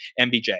mbj